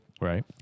Right